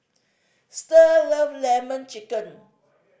Starr love Lemon Chicken